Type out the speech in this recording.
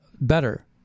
better